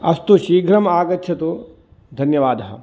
अस्तु शीघ्रम् आगच्छतु धन्यवादः